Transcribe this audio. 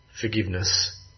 forgiveness